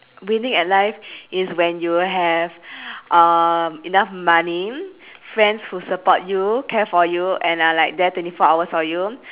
winning at life is when you have um enough money friends who support you care for you and are like there twenty four hours for you